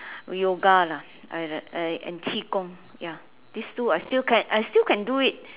yoga lah and and qi gong ya these two I still can I still can do it